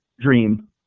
dream